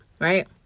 right